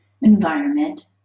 environment